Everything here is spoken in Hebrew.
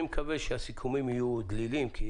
אני מקווה שהסיכומים יהיו דלילים כי